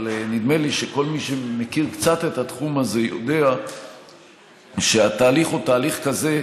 אבל נדמה לי שכל מי שמכיר את התחום הזה קצת יודע שהתהליך הוא תהליך כזה,